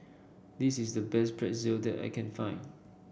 this is the best Pretzel that I can find